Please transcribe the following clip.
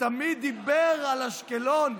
שתמיד דיבר על אשקלון: